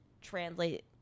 translate